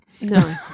No